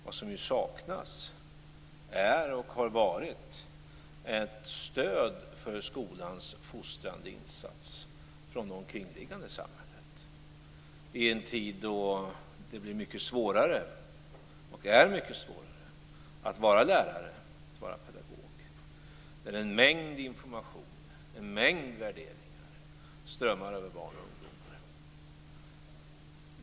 Vad som ju saknas, och har saknats, är ett stöd för skolans fostrande insats från dem som finns runt omkring i samhället i en tid då det blir mycket svårare, och är mycket svårare, att vara lärare - pedagog. Det är en mängd information och en mängd värderingar som strömmar över barn och ungdomar.